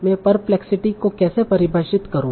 मैं परप्लेक्सिटी को कैसे परिभाषित करूं